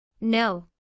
No